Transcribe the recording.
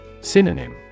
Synonym